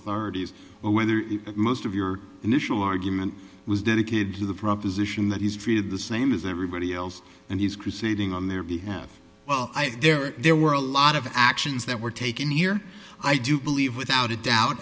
authorities whether most of your initial argument was dedicated to the proposition that he's treated the same as everybody else and he's crusading on their behalf there there were a lot of actions that were taken here i do believe without a doubt